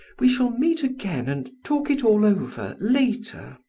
we shall meet again and talk it all over later.